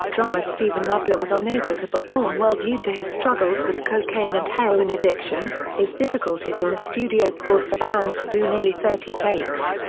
drummer steven adler was unable to perform well due to his struggles with cocaine and heroin addiction his difficulties in the studio caused the band to do nearly thirty takes.